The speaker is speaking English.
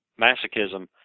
masochism